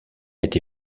été